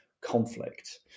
conflict